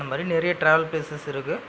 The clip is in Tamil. அந்த மாதிரி நிறைய ட்ராவல் ப்ளேஸஸ் இருக்குது